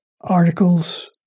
articles